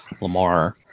Lamar